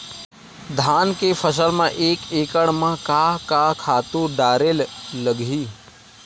धान के फसल म एक एकड़ म का का खातु डारेल लगही?